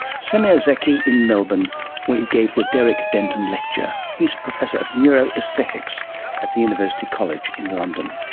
semir zeki in melbourne where he gave the derek denton lecture. he is professor of neuro-aesthetics at the university college in london